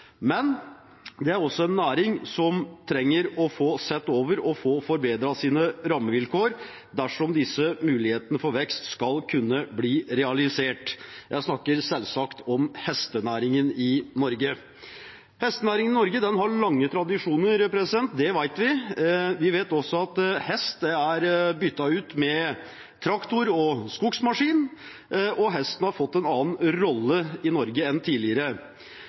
Men det er også en næring som trenger å få sett over og forbedret sine rammevilkår dersom disse mulighetene for vekst skal kunne bli realisert. Jeg snakker selvsagt om hestenæringen i Norge. Hestenæringen i Norge har lange tradisjoner. Det vet vi. Vi vet også at hest er byttet ut med traktor og skogsmaskin, og at hesten har en annen rolle i Norge enn tidligere.